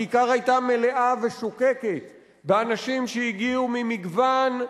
הכיכר היתה מלאה ושוקקת באנשים שהגיעו ממגוון עמדות,